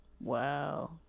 Wow